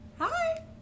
Hi